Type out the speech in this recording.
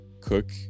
cook